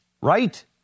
right